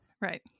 Right